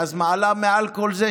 ואז מעלה מעל כל זה,